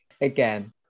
again